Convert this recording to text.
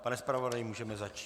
Pane zpravodaji, můžeme začít.